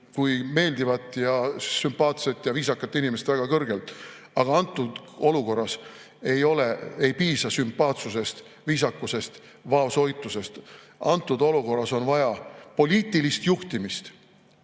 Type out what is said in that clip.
kui meeldivat, sümpaatset ja viisakat inimest väga kõrgelt, aga antud olukorras ei piisa sümpaatsusest, viisakusest, vaoshoitusest. Antud olukorras on vaja poliitilist juhtimist.